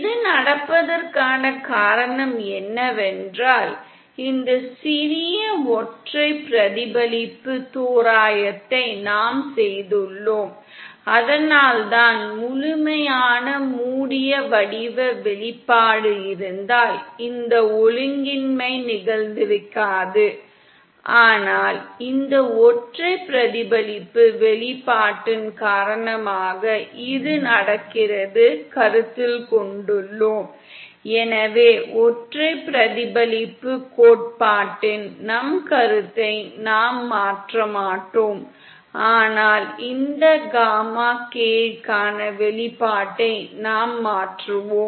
இது நடப்பதற்கான காரணம் என்னவென்றால் இந்த சிறிய ஒற்றை பிரதிபலிப்பு தோராயத்தை நாம் செய்துள்ளோம் அதனால்தான் முழுமையான மூடிய வடிவ வெளிப்பாடு இருந்தால் இந்த ஒழுங்கின்மை நிகழ்ந்திருக்காது ஆனால் இந்த ஒற்றை பிரதிபலிப்பு வெளிப்பாட்டின் காரணமாக இது நடக்கிறது என்று கருத்தில் கொண்டுள்ளோம் எனவே ஒற்றை பிரதிபலிப்புக் கோட்பாட்டின் நம் கருத்தை நாம் மாற்ற மாட்டோம் ஆனால் இந்த காமா k க்கான வெளிப்பாட்டை நாம் மாற்றுவோம்